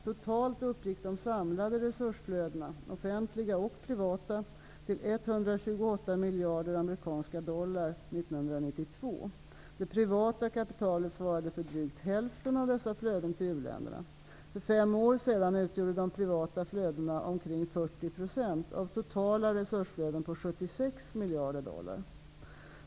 Totalt uppgick de samlade resursflödena -- offentliga och privata -- till 128 miljarder amerikanska dollar 1992. Det privata kapitalet svarade för drygt hälften av dessa flöden till u-länderna. För fem år sedan utgjorde de privata flödena omkring 40 % av totala resursflöden på 76 miljarder dollar.